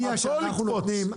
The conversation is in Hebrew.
הכול יקפוץ.